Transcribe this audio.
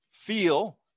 Feel